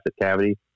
cavity